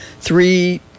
three